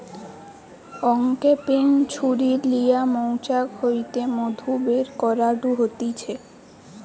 uncapping ছুরি লিয়া মৌচাক হইতে মধু বের করাঢু হতিছে